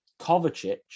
Kovacic